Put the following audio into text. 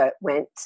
went